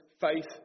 faith